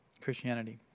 Christianity